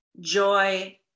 joy